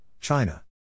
China